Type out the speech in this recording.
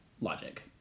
logic